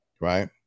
right